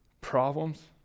problems